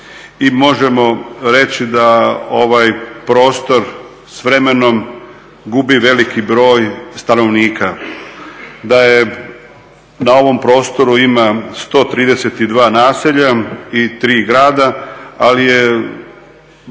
možemo reći da ovaj prostor s vremenom gubi veliki broj stanovnika, da na ovom prostoru ima 132 naselja i 3 grada, ali je